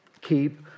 Keep